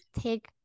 take